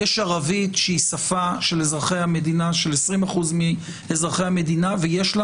יש ערבית שהיא שפה של 20% מאזרחי המדינה ויש לה